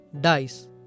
dice